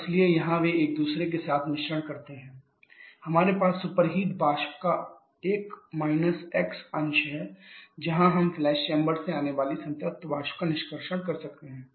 और इसलिए यहाँ वे एक दूसरे के साथ मिश्रण करते हैं हमारे पास सुपरहिट वाष्प का अंश हैं जहाँ हम फ्लैश चेंबर से आने वाली संतृप्त वाष्प का निष्कर्षण कर रहे हैं